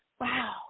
wow